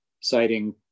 citing